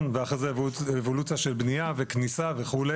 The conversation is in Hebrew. ואחרי זה אבולוציה של בנייה וכניסה וכו'.